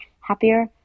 happier